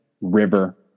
River